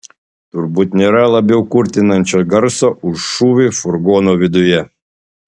turbūt nėra labiau kurtinančio garso už šūvį furgono viduje